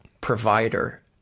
provider